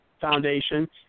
Foundation